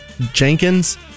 Jenkins